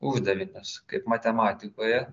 uždavinius kaip matematikoje